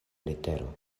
letero